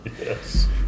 Yes